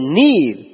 need